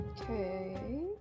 Okay